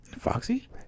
Foxy